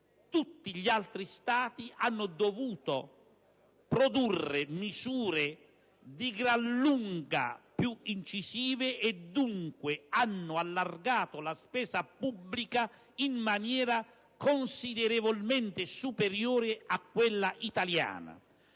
tutti gli altri Stati hanno dovuto produrre misure di gran lunga più incisive e dunque hanno allargato la spesa pubblica in maniera considerevolmente superiore a quanto